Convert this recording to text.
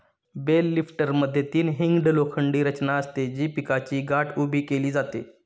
bell लिफ्टरमध्ये तीन hinged लोखंडी रचना असते, जी पिकाची गाठ उभी केली जाते